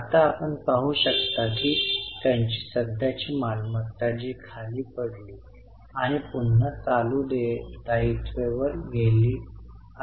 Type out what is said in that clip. आता आपण पाहू शकता की त्यांची सध्याची मालमत्ता जी खाली पडली आणि पुन्हा चालू दायित्वे वर गेली आहेत